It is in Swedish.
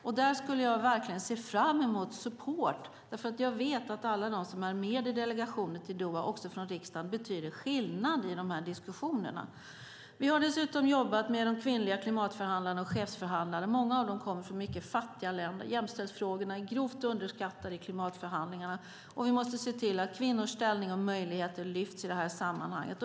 Jag skulle verkligen uppskatta support eftersom jag vet att alla de som är med i delegationen, också från riksdagen, betyder skillnad i dessa diskussioner. Vi har dessutom jobbat med de kvinnliga klimatförhandlarna och chefsförhandlarna. Många av dem kommer från mycket fattiga länder. Jämställdhetsfrågorna är grovt underskattade i klimatförhandlingarna, så vi måste se till att kvinnors ställning och möjligheter lyfts fram i detta sammanhang.